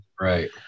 Right